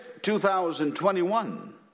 2021